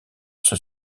sur